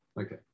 Okay